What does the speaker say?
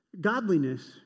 Godliness